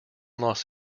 los